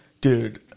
dude